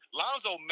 lonzo